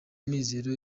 mizero